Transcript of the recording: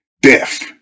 death